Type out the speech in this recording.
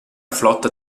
flotta